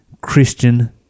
Christian